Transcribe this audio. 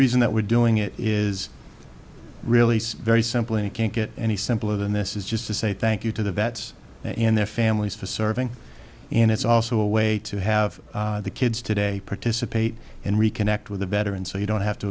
reason that we're doing it is really very simple and it can't get any simpler than this is just to say thank you to the vets and their families for serving and it's also a way to have the kids today participate and reconnect with a veteran so you don't have to